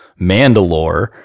Mandalore